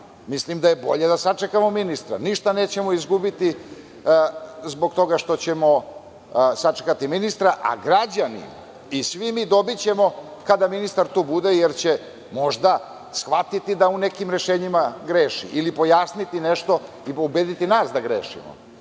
mislim da je bolje da sačekamo ministra. Ništa nećemo izgubiti zbog toga što ćemo sačekati ministra, a građani i svi mi ćemo dobiti kada ministar bude tu, jer će možda shvatiti da u nekim rešenjima greši ili će nam pojasniti nešto i ubediti nas da grešimo.